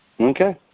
Okay